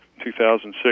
2006